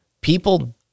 people